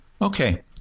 Okay